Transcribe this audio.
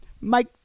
Mike